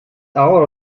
hour